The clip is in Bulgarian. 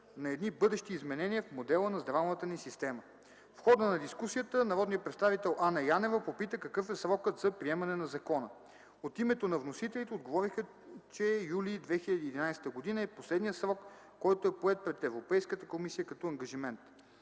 на едни бъдещи изменения в модела на здравната ни система. В хода на дискусията народният представител Анна Янева попита: какъв е срокът за приемане на закона? От името на вносителите отговориха, че м. юли 2011 г. е последният срок, който е поет пред Европейската комисия като ангажимент.